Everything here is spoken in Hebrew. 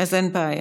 אז אין בעיה.